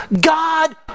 God